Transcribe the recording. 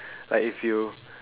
like if you